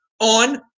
on